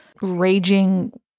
raging